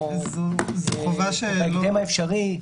או בהקדם האפשרי?